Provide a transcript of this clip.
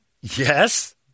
Yes